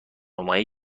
نمایی